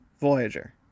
voyager